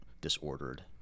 disordered